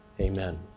Amen